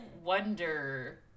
wonder